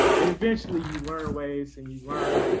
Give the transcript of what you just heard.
and eventually you learn ways and you learn,